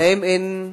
להם אין.